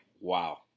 wow